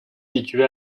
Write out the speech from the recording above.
situé